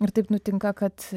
ir taip nutinka kad